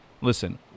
listen